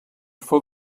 for